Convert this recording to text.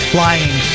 Flying